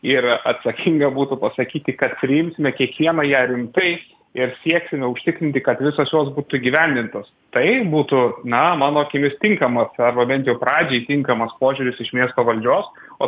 ir atsakinga būtų pasakyti kad priimsime kiekvieną ją rimtai ir sieksime užtikrinti kad visos jos būtų įgyvendintos tai būtų na mano akimis tinkamas arba bent jau pradžiai tinkamas požiūris iš miesto valdžios o